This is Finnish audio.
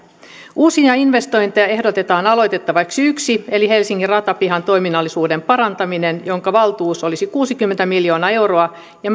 uusia investointeja ehdotetaan aloitettavaksi yksi eli helsingin ratapihan toiminnallisuuden parantaminen jonka valtuus olisi kuusikymmentä miljoonaa euroa ja